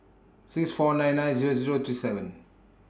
six four nine nine Zero Zero three seven